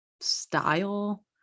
style